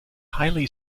highly